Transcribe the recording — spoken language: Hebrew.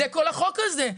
זה כל החוק הזה.